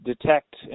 detect